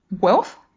wealth